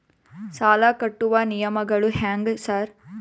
ಸಾಲ ಕಟ್ಟುವ ನಿಯಮಗಳು ಹ್ಯಾಂಗ್ ಸಾರ್?